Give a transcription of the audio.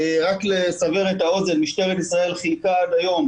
רק לסבר את האוזן, משטרת ישראל חילקה עד היום